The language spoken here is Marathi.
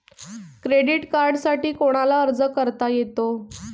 क्रेडिट कार्डसाठी कोणाला अर्ज करता येतो?